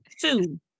Two